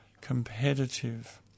competitive